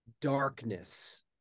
darkness